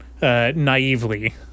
Naively